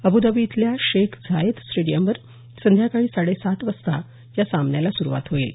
Abu Dhabi इथल्या Sheikh Zayed स्टेडियमवर सायंकाळी साडे सात वाजता या सामन्याला सुरुवात होईल